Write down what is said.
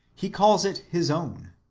he calls it his own.